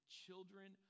children